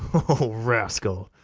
o rascal!